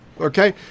Okay